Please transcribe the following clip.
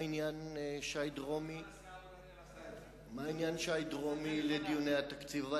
מה עניין שי דרומי לדיוני התקציב?